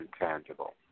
intangible